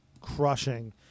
crushing